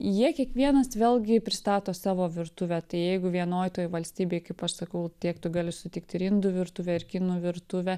jie kiekvienas vėlgi pristato savo virtuvę tai jeigu vienoj toj valstybėj kaip aš sakau tiek tu gali sutikt ir indų virtuvę ir kinų virtuvę